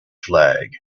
flag